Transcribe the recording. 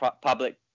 public